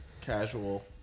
casual